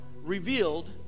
Revealed